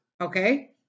okay